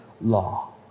law